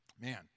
man